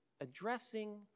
addressing